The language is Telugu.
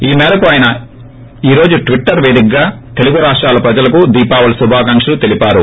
ఈ మేరకు ఆయన ఈ రోజు టీఏటర్ పేదికగా తెలుగు రాష్షాల ప్రజలకు దీపావళి శుభాకాంక్షలు తెలిపారు